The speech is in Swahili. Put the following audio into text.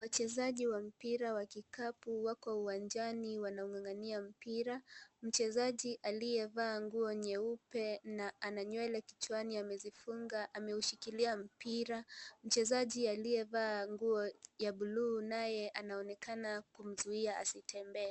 Wachezaji wa mpira wa kikapu wako uwanjani wanangangania mpira, mchezaji aliyevaa nguo nyeupe na ana nywele kichwani amezifunga, ameushikilia mpira . Mchezaji aliyevaa nguo ya bluu naye anaonekana kumzuia asitembee.